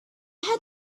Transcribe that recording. had